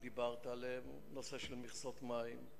דיברת עליהן: נושא של מכסות מים,